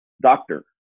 Doctor